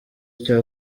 icyo